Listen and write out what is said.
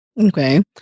Okay